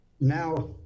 Now